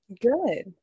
Good